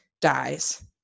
dies